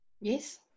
Yes